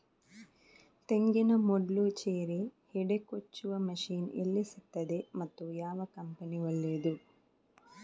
ತೆಂಗಿನ ಮೊಡ್ಲು, ಚೇರಿ, ಹೆಡೆ ಕೊಚ್ಚುವ ಮಷೀನ್ ಎಲ್ಲಿ ಸಿಕ್ತಾದೆ ಮತ್ತೆ ಯಾವ ಕಂಪನಿ ಒಳ್ಳೆದು?